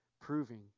proving